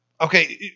Okay